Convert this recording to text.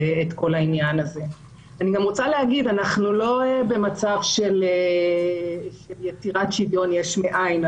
אני רוצה להגיד שאנחנו לא במצב של יצירת שוויון יש מאין.